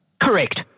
Correct